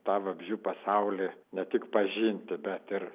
tą vabzdžių pasaulį ne tik pažinti bet ir